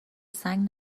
سنگ